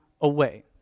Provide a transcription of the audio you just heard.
away